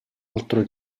altro